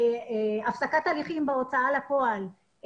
הפסקת הליכים בהוצאה לפועל,